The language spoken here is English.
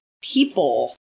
people